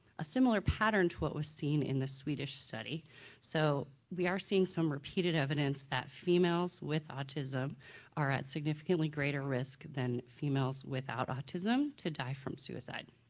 a similar pattern to what was seen in the swedish study so we are seeing repeated evidence that females with autism are at significantly greater risk than females without autism to die from suicide.